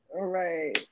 Right